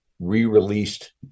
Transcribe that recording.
re-released